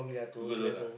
you go alone ah